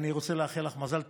אני רוצה לאחל לך מזל טוב.